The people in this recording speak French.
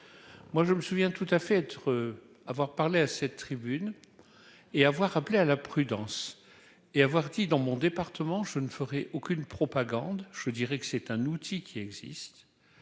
moi je me souviens, tout à fait être avoir parlé à cette tribune et avoir appelé à la prudence et avoir dit dans mon département, je ne ferai aucune propagande, je dirais que c'est un outil qui existe